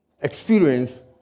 experience